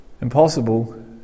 Impossible